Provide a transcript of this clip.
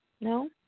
No